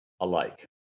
alike